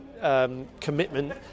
commitment